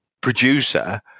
producer